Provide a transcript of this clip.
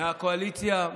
מהקואליציה,